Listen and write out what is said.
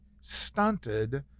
stunted